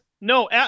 No